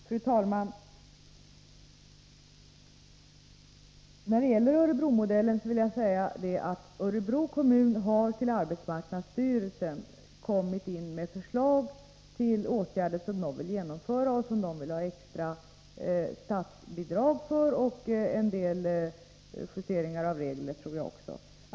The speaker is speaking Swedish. Fru talman! När det gäller Örebromodellen vill jag säga att Örebro kommun har till arbetsmarknadsstyrelsen kommit in med förslag till åtgärder som de vill genomföra och som de vill ha ett extra statsbidrag för — och en del justeringar av reglerna.